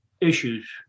issues